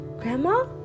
Grandma